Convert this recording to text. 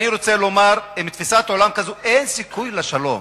אני רוצה לומר שעם תפיסת עולם כזאת אין סיכוי לשלום.